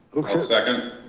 okay. second.